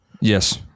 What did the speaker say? Yes